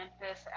memphis